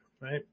right